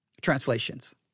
translations